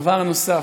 דבר נוסף,